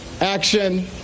action